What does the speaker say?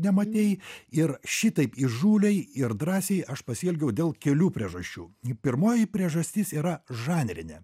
nematei ir šitaip įžūliai ir drąsiai aš pasielgiau dėl kelių priežasčių pirmoji priežastis yra žanrinė